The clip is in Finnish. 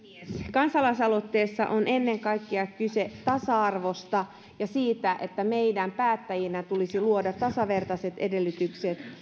kansalaisaloitteessa on ennen kaikkea kyse tasa arvosta ja siitä että meidän päättäjinä tulisi luoda tasavertaiset edellytykset